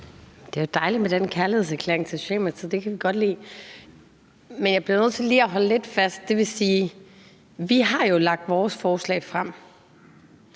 Det er dejligt med den kærlighedserklæring til Socialdemokratiet; det kan vi godt lide. Men jeg bliver nødt til lige at holde lidt fast. Vi har jo lagt vores forslag frem